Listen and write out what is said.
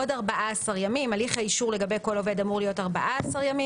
עוד 14 ימים הליך האישור לגבי כל עובד אמור להיות 14 ימים,